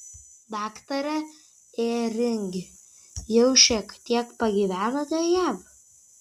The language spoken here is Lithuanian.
daktare ėringi jau šiek tiek pagyvenote jav